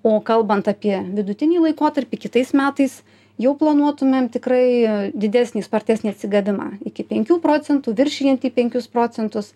o kalbant apie vidutinį laikotarpį kitais metais jau planuotumėm tikrai didesnį spartesnį atsigavimą iki penkių procentų viršijantį penkius procentus